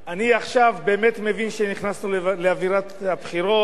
אני עכשיו באמת מבין שנכנסנו לאווירת הבחירות,